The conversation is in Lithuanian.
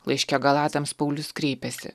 laiške galatams paulius kreipiasi